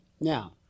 Now